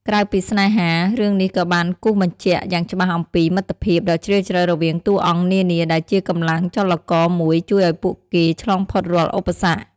ក្រៅពីស្នេហា រឿងនេះក៏បានគូសបញ្ជាក់យ៉ាងច្បាស់អំពី មិត្តភាព ដ៏ជ្រាលជ្រៅរវាងតួអង្គនានា ដែលជាកម្លាំងចលករមួយជួយឱ្យពួកគេឆ្លងផុតរាល់ឧបសគ្គ។